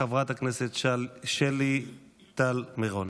חברת הכנסת שלי טל מירון.